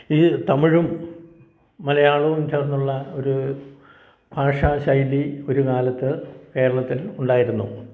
ഈ തമിഴും മലയാളവും ചേർന്നുള്ള ഒരു ഭാഷാശൈലി ഒരു കാലത്ത് കേരളത്തിൽ ഉണ്ടായിരുന്നു